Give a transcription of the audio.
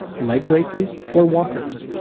leg braces, or walkers.